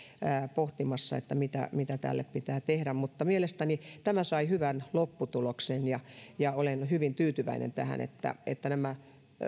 pohtimassa mitä mitä tälle pitää tehdä mielestäni tämä sai hyvän lopputuloksen ja ja olen hyvin tyytyväinen että että nämä